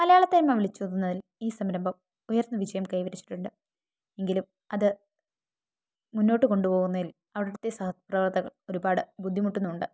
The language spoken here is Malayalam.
മലയാളത്തനിമ വിളിച്ചോതുന്നതിൽ ഈ സംരംഭം ഉയർന്ന വിജയം കൈവരിച്ചിട്ടുണ്ട് എങ്കിലും അത് മുന്നോട്ട് കൊണ്ടുപോകുന്നതിൽ അവിടുത്തെ സഹപ്രവർത്തകർ ഒരുപാട് ബുദ്ധിമുട്ടുന്നുണ്ട്